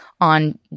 on